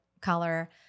color